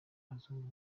abazungu